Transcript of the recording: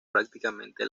prácticamente